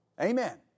Amen